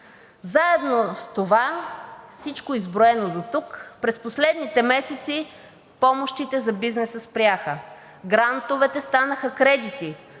Заедно с всичко изброено дотук през последните месеци помощите за бизнеса спряха, грантовете станаха кредити,